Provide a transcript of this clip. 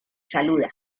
saluda